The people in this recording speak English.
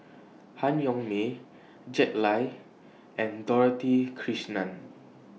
Han Yong May Jack Lai and Dorothy Krishnan